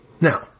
Now